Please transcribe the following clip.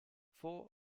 for